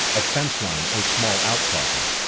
a fence line or small outcropping.